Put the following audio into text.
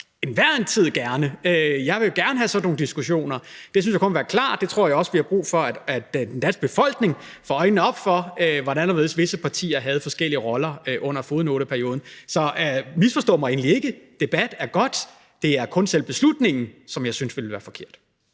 hver en tid. Jeg vil jo gerne have sådan nogle diskussioner. Det synes jeg kun ville være klart. Jeg tror også, vi har brug for, at den danske befolkning får øjnene op for, hvordan og hvorledes visse partier havde forskellige roller under fodnoteperioden. Så misforstå mig endelig ikke: Debat er godt; det er kun selve beslutningen, som jeg synes ville være forkert.